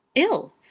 ill!